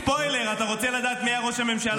ספוילר, אתה רוצה לדעת מי היה ראש הממשלה?